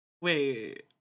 Wait